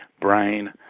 brain,